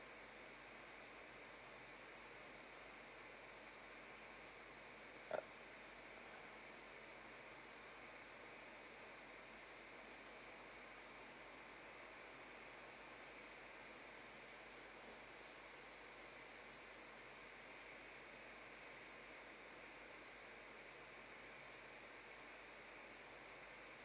uh